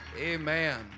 Amen